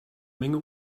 menge